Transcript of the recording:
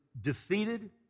defeated